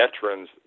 veterans